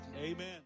Amen